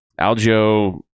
Aljo